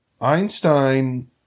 Einstein